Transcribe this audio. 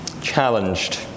challenged